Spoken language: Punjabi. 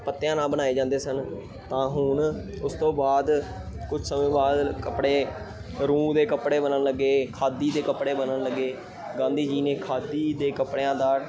ਪੱਤਿਆਂ ਨਾਲ ਬਣਾਏ ਜਾਂਦੇ ਸਨ ਤਾਂ ਹੁਣ ਉਸ ਤੋਂ ਬਾਅਦ ਕੁਛ ਸਮੇਂ ਬਾਅਦ ਕੱਪੜੇ ਰੂੰ ਦੇ ਕੱਪੜੇ ਬਣਨ ਲੱਗੇ ਖਾਦੀ ਦੇ ਕੱਪੜੇ ਬਣਨ ਲੱਗੇ ਗਾਂਧੀ ਜੀ ਨੇ ਖਾਦੀ ਦੇ ਕੱਪੜਿਆਂ ਦਾ